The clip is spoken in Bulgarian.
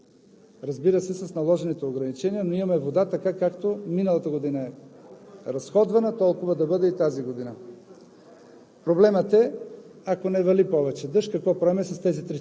която да стигне за цяла година. Миналата година са похарчени 80 милиона, разбира се, с наложените ограничения, но имаме вода – така, както миналата година е разходвана, толкова да бъде и тази година.